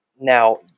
Now